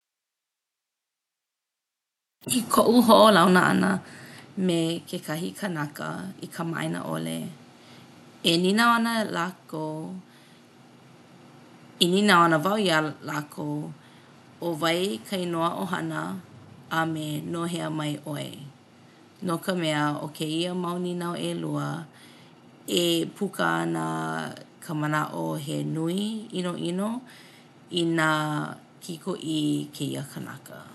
I koʻu hoʻolauna ʻana me kekahi kanaka i kamaʻāina ʻole, e nīnau ana lākou e nīnau ana wau iā lākou ʻo wai ka inoa ʻohana a me no hea mai ʻoe no ka mea ʻo kēia mau nīnau ʻelua e puka ana ka manaʻo he nui ʻinoʻino inā kikoʻī kēia kanaka.